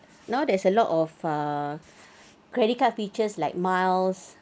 now there's a lot of uh credit card features like miles